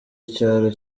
icyaro